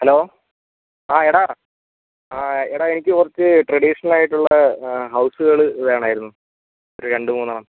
hello ആ എടാ എടാ എനിക്ക് കുറച്ച് ട്രഡീഷണൽ ആയിട്ടുള്ള ഹൗസുകൾ വേണമായിരുന്നു ഒരു രണ്ട് മൂന്നെണ്ണം